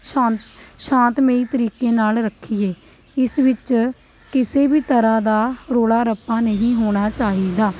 ਸ਼ਾ ਸ਼ਾਂਤਮਈ ਤਰੀਕੇ ਨਾਲ਼ ਰੱਖੀਏ ਇਸ ਵਿੱਚ ਕਿਸੇ ਵੀ ਤਰ੍ਹਾਂ ਦਾ ਰੌਲਾ ਰੱਪਾ ਨਹੀਂ ਹੋਣਾ ਚਾਹੀਦਾ